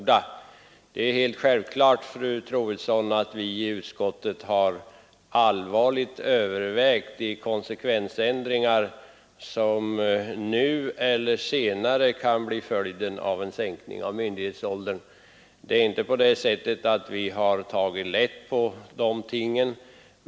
Det är självklart, fru Troedsson, att vi i utskottet allvarligt har övervägt de konsekvensändringar som nu eller senare kan bli följden av en sänkning av myndighetsåldern. Vi har absolut inte tagit lätt på dessa ting.